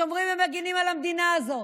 ששומרים ומגינים על המדינה הזאת,